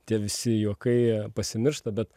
tie visi juokai a pasimiršta bet